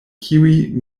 kiuj